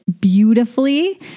beautifully